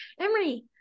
Emery